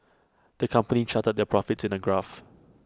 the company charted their profits in A graph